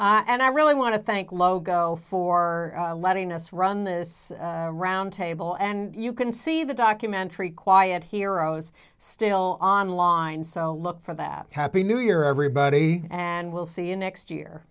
and i really want to thank logo for letting us run this roundtable and you can see the documentary quiet heroes still online so look for that happy new year everybody and we'll see you next year